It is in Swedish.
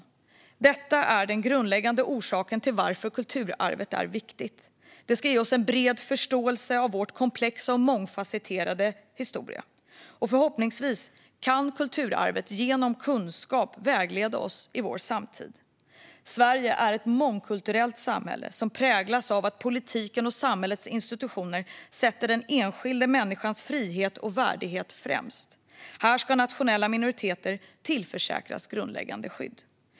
Detta är den grundläggande orsaken till varför kulturarvet är viktigt. Det ska ge oss en bred förståelse för vår komplexa och mångfacetterade historia. Och förhoppningsvis kan kulturarvet genom kunskap vägleda oss i vår samtid. Sverige är ett mångkulturellt samhälle som präglas av att politiken och samhällets institutioner sätter den enskilda människans frihet och värdighet främst. Här ska nationella minoriteter tillförsäkras grundläggande skydd.